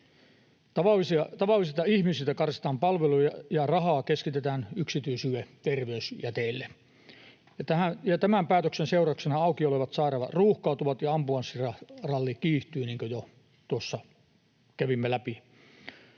Tavallisilta ihmisiltä karsitaan palveluja, ja rahaa keskitetään yksityisille terveysjäteille. Tämän päätöksen seurauksena auki olevat sairaalat ruuhkautuvat ja ambulanssiralli kiihtyy, niin kuin jo tuossa kävimme läpi.